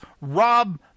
Rob